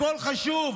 הכול חשוב.